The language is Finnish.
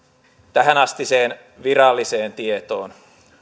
tähänastiseen viralliseen tietoon